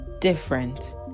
different